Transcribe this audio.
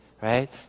right